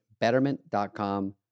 betterment.com